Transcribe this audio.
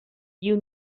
you